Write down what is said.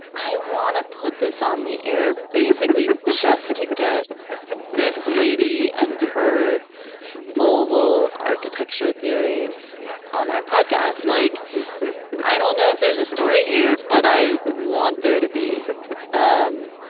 i want to put this on the air, basically just to get this lady and her vulval architecture theories on our podcast. like i don't know if there's a story here, but i want there to be um